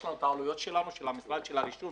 יש לנו העלויות של המשרד ושל הרישום